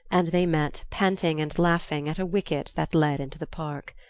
and they met, panting and laughing, at a wicket that led into the park.